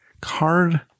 card